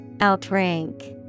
Outrank